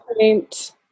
point